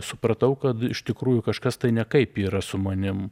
supratau kad iš tikrųjų kažkas tai nekaip yra su manim